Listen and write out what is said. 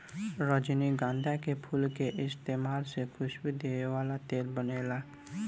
रजनीगंधा के फूल के इस्तमाल से खुशबू देवे वाला तेल बनेला